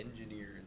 engineers